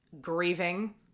grieving